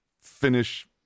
finish